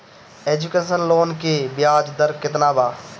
Education loan की ब्याज दर केतना बा?